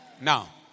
now